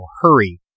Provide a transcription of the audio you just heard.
Hurry